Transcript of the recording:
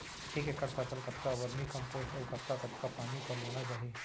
एक एकड़ फसल कतका वर्मीकम्पोस्ट अऊ कतका कतका पानी पलोना चाही?